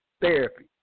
therapy